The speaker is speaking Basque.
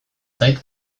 zait